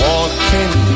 Walking